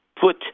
put